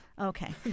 Okay